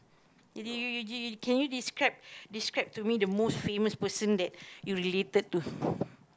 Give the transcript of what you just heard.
can you describe describe to me the most famous person that you related to